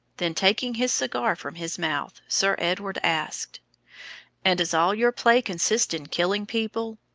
then taking his cigar from his mouth, sir edward asked and does all your play consist in killing people?